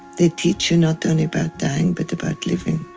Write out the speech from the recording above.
they teach you not only about dying but about living